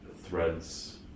threads